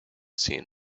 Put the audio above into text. seen